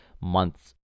months